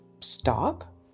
stop